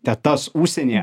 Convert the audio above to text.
tetas užsienyje